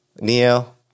Neo